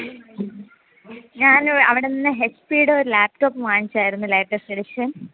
ഞാൻ അവിടെനിന്ന് H P യുടെ ഒരു ലാപ്ടോപ്പ് വാങ്ങിച്ചായിരുന്നു ലേറ്റസ്റ്റ് എഡിഷൻ